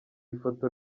ifoto